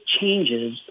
changes –